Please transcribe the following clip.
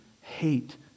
hate